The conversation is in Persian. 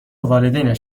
والدینش